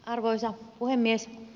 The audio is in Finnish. arvoisa puhemies